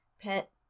Pet